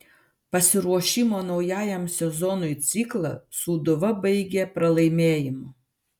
pasiruošimo naujajam sezonui ciklą sūduva baigė pralaimėjimu